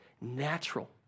natural